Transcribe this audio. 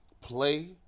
play